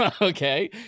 Okay